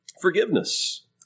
forgiveness